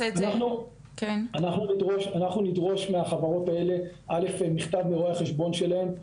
אנחנו נדרוש מהחברות האלה מכתב מרואה החשבון שלהן,